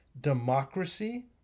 democracy